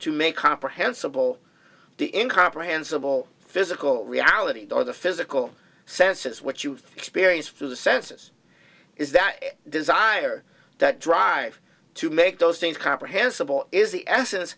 to make comprehensible the incomprehensible physical reality or the physical senses what you experience through the senses is that desire that drive to make those things comprehensible is the asse